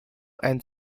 and